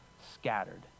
scattered